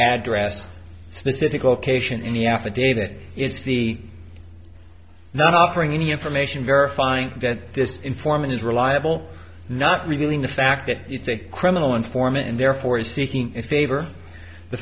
address specific location in the affidavit it's the not offering any information verifying that this informant is reliable not revealing the fact that it's a criminal informant and therefore is seeking to favor the